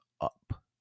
up